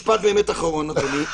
משפט אחרון באמת, אדוני.